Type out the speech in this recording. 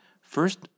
First